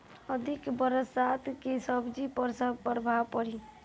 अधिक बरसात के सब्जी पर का प्रभाव पड़ी?